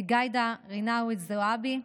ג'ידא רינאוי זועבי,